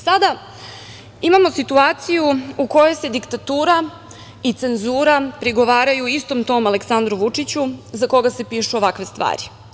Sada imamo situaciju u kojoj se diktatura i cenzura prigovaraju istom tom Aleksandru Vučiću, za koga se pišu ovakve stvari.